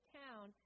town